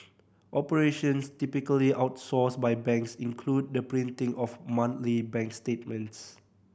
operations typically outsourced by banks include the printing of monthly bank statements